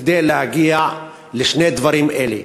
כדי להגיע לשני דברים אלה.